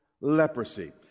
leprosy